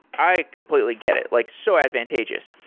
i completely get it. like so advantageous.